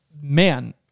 man